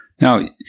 Now